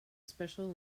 special